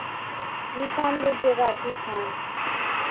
chiffon लीजिएगा chiffon